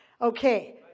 Okay